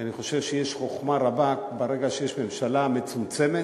כי אני חושב שיש חוכמה רבה: ברגע שיש ממשלה מצומצמת,